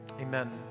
amen